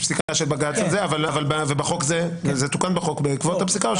זה תוקן בחוק בעקבות הפסיקה?